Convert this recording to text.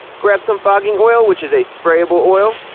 grabbed some fogging oil which is a sprayable oil,